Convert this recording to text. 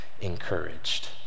encouraged